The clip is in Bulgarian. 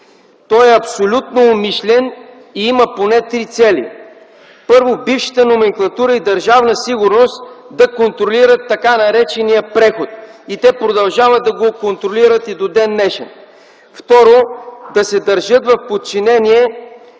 Той е абсолютно умишлен и има поне три цели: Първо, бившата номенклатура и Държавна сигурност да контролират така наречения преход, като те продължават да го контролират и до ден-днешен. Второ, да се държат в подчинение